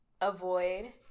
avoid